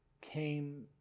came